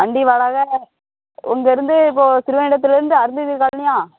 வண்டி வராத உங்கருந்து இப்போ திருவைகுண்டத்துலேருந்து அருந்ததி காலனியா